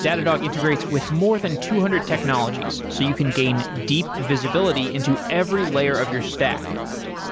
datadog integrates with more than two hundred technologies so you can gain deep visibility into every layer of your stack